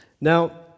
now